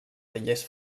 tallers